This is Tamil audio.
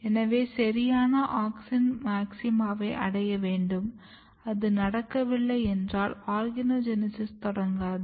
எனவே சரியான ஆக்ஸின் மாக்சிமாவை அடைய வேண்டும் அது நடக்கவில்லை என்றால் ஆர்கனோஜெனீசிஸ் தொடங்காது